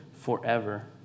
forever